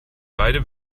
beide